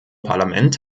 parlament